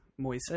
Moises